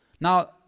Now